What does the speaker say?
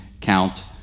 count